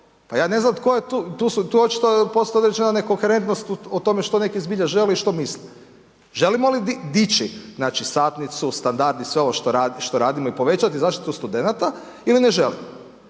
Pa ja ne znam tko je tu, tu su očito postoji određena nekoherentnost o tome što neki zbilja žele i što misle. Želimo li dići, znači… satnicu, standardi sve ovo što radimo i povećati zaštitu studenata ili ne želimo.